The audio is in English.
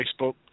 Facebook